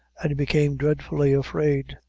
and he became dreadfully afraid.